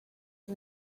was